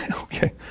Okay